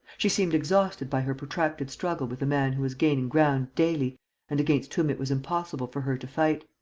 she seemed exhausted by her protracted struggle with a man who was gaining ground daily and against whom it was impossible for her to fight.